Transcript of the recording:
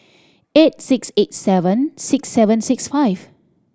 eight six eight seven six seven six five